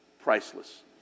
Priceless